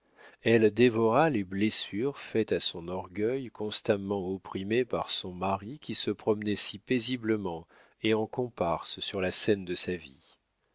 elle dévora les blessures faites à son orgueil constamment opprimé par son mari qui se promenait si paisiblement et en comparse sur la scène de sa vie